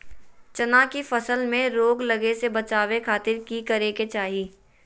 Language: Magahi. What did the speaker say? चना की फसल में रोग लगे से बचावे खातिर की करे के चाही?